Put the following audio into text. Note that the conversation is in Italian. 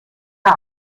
cup